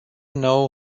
know